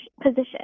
position